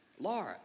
Laura